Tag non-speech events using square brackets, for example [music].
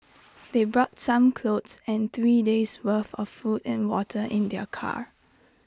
[noise] they brought some clothes and three days' worth of food and water in their car